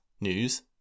news